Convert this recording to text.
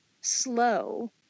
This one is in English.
slow